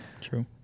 True